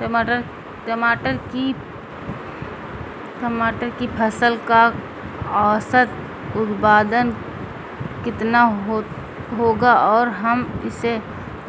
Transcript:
टमाटर की फसल का औसत उत्पादन कितना होगा और हम इसे